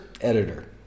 editor